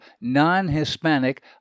non-Hispanic